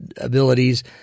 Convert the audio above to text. abilities